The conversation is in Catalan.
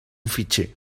fitxer